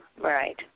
right